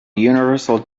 universal